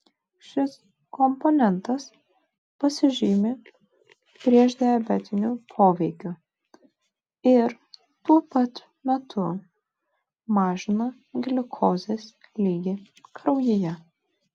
šis komponentas pasižymi priešdiabetiniu poveikiu ir tuo pat metu mažina gliukozės lygį kraujyje